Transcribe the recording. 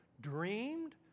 dreamed